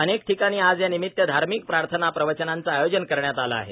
अनेक ठिकाणी आज या निमित धार्मिक प्रार्थना प्रवचनांचं आयोजन करण्यात आलं आहे